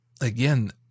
again